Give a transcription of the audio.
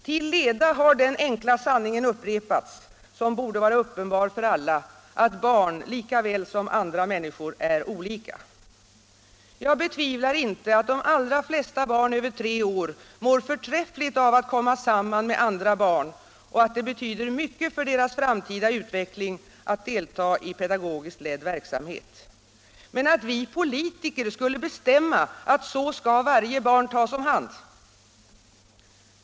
Till leda har den enkla sanning upprepats som borde vara uppenbar för alla, att barn lika väl som andra människor är olika. Jag ifrågasätter inte att de allra flesta barn över tre år mår förträffligt av att komma samman med andra barn och att det betyder mycket för deras framtida utveckling att delta i pedagogiskt ledd verksamhet — men däremot att vi politiker skall bestämma att varje barn skall tas om hand så.